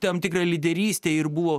tam tikrą lyderystę ir buvo